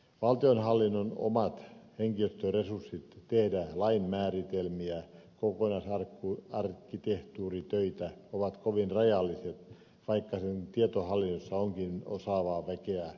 valtionhallinnon omat henkilöstöresurssit tehdä lain määrittelemiä kokonaisarkkitehtuuritöitä ovat kovin rajalliset vaikka sen tietohallinnossa onkin osaavaa väkeä